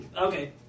Okay